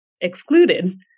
excluded